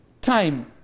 time